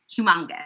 humongous